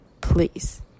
please